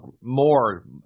more